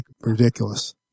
Ridiculous